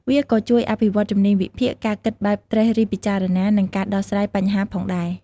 វាក៏ជួយអភិវឌ្ឍជំនាញវិភាគ ការគិតបែបត្រិះរិះពិចារណា និងការដោះស្រាយបញ្ហាផងដែរ។